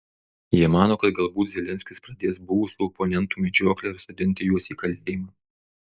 jie mano kad galbūt zelenskis pradės buvusių oponentų medžioklę ir sodinti juos į kalėjimą